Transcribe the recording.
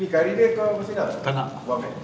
mee kari dia kau masih nak tak nak aku buang eh